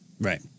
Right